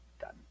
Done